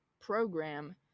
program